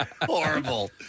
Horrible